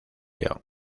león